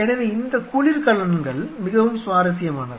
எனவே இந்த குளிர்கலன்கள் மிகவும் சுவாரஸ்யமானவை